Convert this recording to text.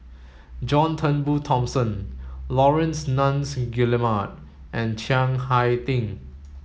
John Turnbull Thomson Laurence Nunns Guillemard and Chiang Hai Ding